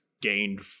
gained